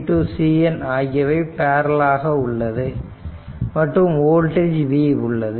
CN ஆகியவை parallel ஆக உள்ளது மற்றும் வோல்டேஜ் V உள்ளது